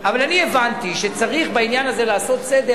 אבל אני הבנתי שצריך בעניין הזה לעשות סדר.